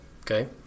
okay